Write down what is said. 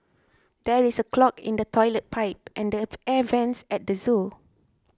there is a clog in the Toilet Pipe and the Air Vents at the zoo